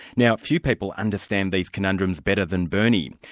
now few people understand these conundrums better than bernie.